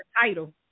title